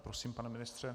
Prosím, pane ministře.